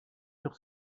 sur